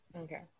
Okay